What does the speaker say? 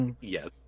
yes